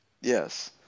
Yes